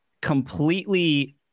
completely